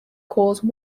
cause